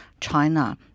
China